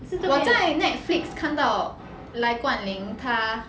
我在 Netflix 看到赖冠霖他